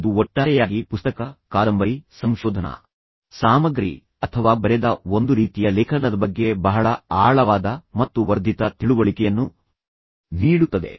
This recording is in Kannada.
ಇದು ಒಟ್ಟಾರೆಯಾಗಿ ಪುಸ್ತಕ ಕಾದಂಬರಿ ಸಂಶೋಧನಾ ಸಾಮಗ್ರಿ ಅಥವಾ ಬರೆದ ಒಂದು ರೀತಿಯ ಲೇಖನದ ಬಗ್ಗೆ ಬಹಳ ಆಳವಾದ ಮತ್ತು ವರ್ಧಿತ ತಿಳುವಳಿಕೆಯನ್ನು ನೀಡುತ್ತದೆ